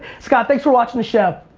scott, thanks for watching the show.